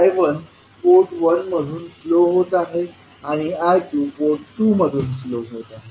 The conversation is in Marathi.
I1 पोर्ट 1 मधून फ्लो होत आहे आणि I2 पोर्ट 2 मधून फ्लो होत आहे